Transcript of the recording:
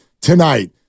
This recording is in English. tonight